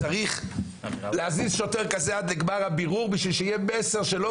צריך להזיז שוטר כזה עד לגמר הבירור בשביל שיהיה מסר שלא,